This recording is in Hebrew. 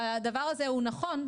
הדבר הזה הוא נכון,